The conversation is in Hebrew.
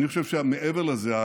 ואני חושב שהיה מעבר לזה,